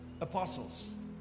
apostles